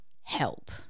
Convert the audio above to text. Help